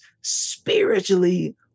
spiritually